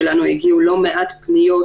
כשאלינו הגיעו לא מעט פניות